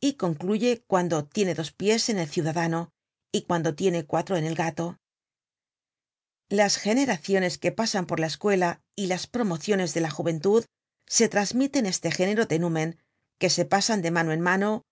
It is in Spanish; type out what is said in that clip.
y concluye cuando tiene dos pies en el ciudadano y cuando tiene cuatro en el gato las generaciones que pasan por la escuela y las promociones de la juventud se trasmiten este género de numen que se pasan de mano en mano